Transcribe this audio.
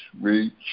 reach